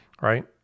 right